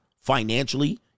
financially